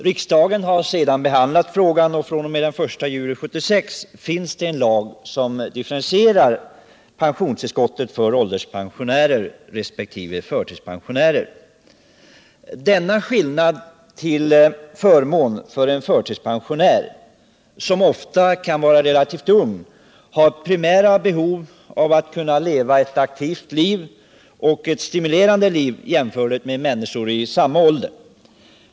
Riksdagen har sedan behandlat frågan, och fr.o.m. den 1 juli 1976 finns det en lag som differentierar pensionstillskotten mellan ålderspensionärer och förtidspensionärer till förtidspensionärernas förmån. Förtidspensionären är ofta relativt ung och har primära behov av att kunna leva ett lika aktivt och stimulerande liv som andra människor i samma ålder.